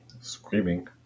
Screaming